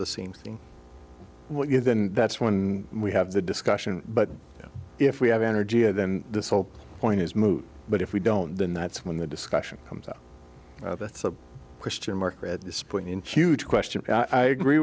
the same thing what you then that's when we have the discussion but if we have energy then this whole point is moot but if we don't then that's when the discussion comes up that's a question mark at this point in huge question i agree